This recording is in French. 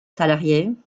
salariés